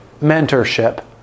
mentorship